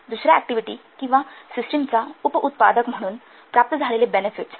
दुसऱ्या ऍक्टिव्हिटी किंवा सिस्टीमचा उपउत्पादक म्हणून प्राप्त झालेले बेनेफिट्स